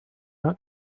got